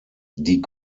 die